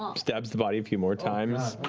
um stabs the body a few more times.